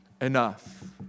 enough